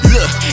Look